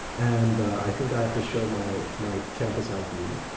and i think i have to show my my campus id,